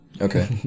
Okay